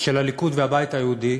של הליכוד והבית היהודי,